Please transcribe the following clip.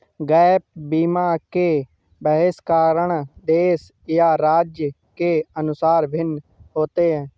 gap बीमा के बहिष्करण देश या राज्य के अनुसार भिन्न होते हैं